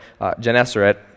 Genesaret